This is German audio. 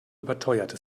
überteuerte